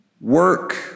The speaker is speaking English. work